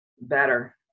better